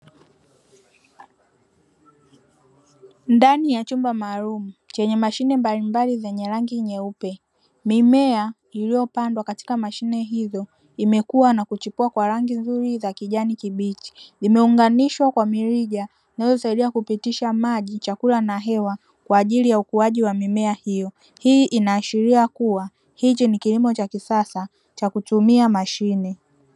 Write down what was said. Ndani ya chumba maalumu chenye mashine mbalimbali zenye rangi nyeupe, mimea iliyopandwa katika mashine izo imekua na kuchipua kwa rangi nzuri za kijani kibichi. Imeunganishwa kwa mirija inayosaidia kupitisha maji, chakula na hewa kwa ajili ya ukuaji wa mimea hio. Hii inaashiria kuwa hicho ni kilimo cha kisasa cha kutumia mashine.